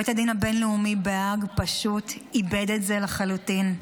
בית הדין הבין-לאומי בהאג פשוט איבד זה לחלוטין.